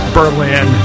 Berlin